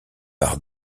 par